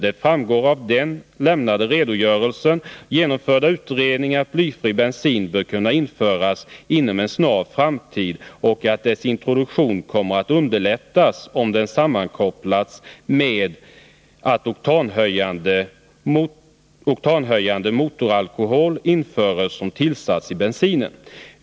Det framgår av den lämnade redogörelsen av genomförda utredningar, att blyfri bensin bör kunna införas inom en snar framtid och att dess introduktion kommer att underlättas om den sammankopplas med att oktanhöjande motoralkohol införs som tillsats i bensinen.